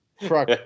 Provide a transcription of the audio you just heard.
Truck